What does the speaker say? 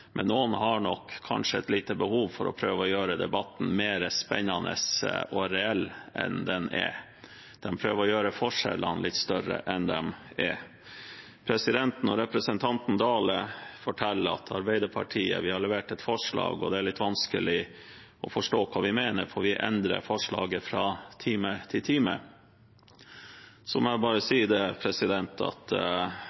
men noen har nok kanskje et lite behov for å prøve å gjøre debatten mer spennende og reell enn den er. De prøver å gjøre forskjellene litt større enn de er. Når representanten Dale forteller at Arbeiderpartiet har levert et forslag, og at det er litt vanskelig å forstå hva vi mener, for vi endrer forslaget fra time til time, må jeg bare si